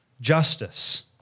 justice